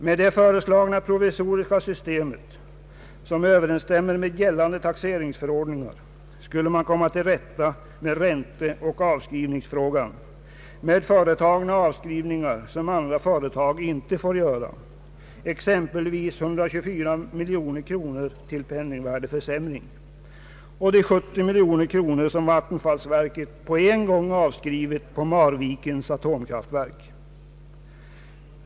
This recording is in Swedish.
Med det föreslagna provisoriska systemet, som överensstämmer med gällande taxeringsförordningar, skulle man komma till rätta med ränteoch avskrivningsfrågan, med företagna avskrivningar, som andra företag inte får göra, exempelvis 124 miljoner kronor för penningvärdeförsämring och de 70 miljoner kronor, som vattenfallsverket på en gång avskrivit på Marvikens atomkraftverk.